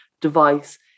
device